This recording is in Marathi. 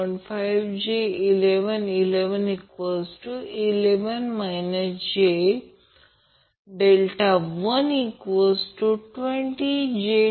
5 11 15 15 j5 120 j2